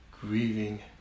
Grieving